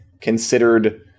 considered